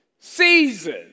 season